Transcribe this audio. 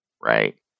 right